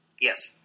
Yes